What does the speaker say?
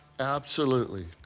absolutely,